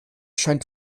scheint